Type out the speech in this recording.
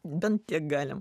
bent tiek galim